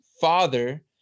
father